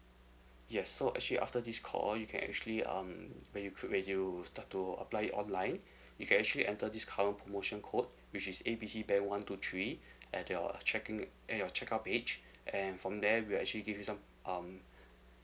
yes so actually after this call you can actually um when you create you will start to apply online you can actually enter this current promotion code which is A B C one two three at your check in at your check out page and from there we actually give you some um